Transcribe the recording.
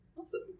Awesome